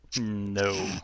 No